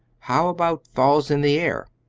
how about falls in the air?